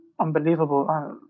unbelievable